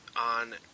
on